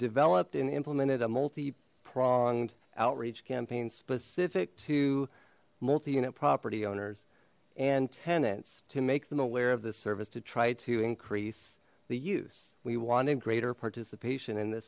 developed and implemented a multi pronged outreach campaign specific to multi unit property owners and tenants to make them aware of this service to try to increase the use we wanted greater participation in th